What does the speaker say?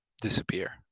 disappear